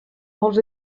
molts